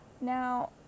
Now